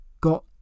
got